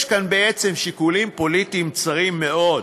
יש כאן בעצם שיקולים פוליטיים צרים מאוד,